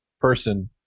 person